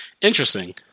interesting